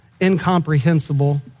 incomprehensible